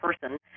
person